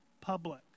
public